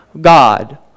God